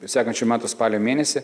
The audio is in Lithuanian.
sekančių metų spalio mėnesį